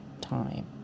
time